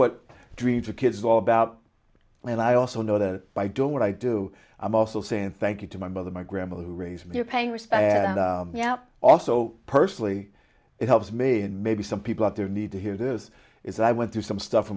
what dreams are kids all about and i also know that by doing what i do i'm also saying thank you to my mother my grandmother who raised me here paying respects now also personally it helps me and maybe some people out there need to hear this is i went through some stuff for